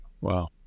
wow